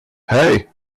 hey